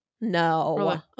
No